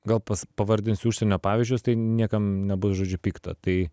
gal pas pavardinsiu užsienio pavyzdžius tai niekam nebus žodžiu pikta tai